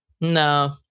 No